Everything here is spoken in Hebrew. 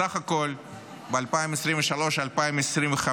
בסך הכול ב-2023 עד 2025,